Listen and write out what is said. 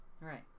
Right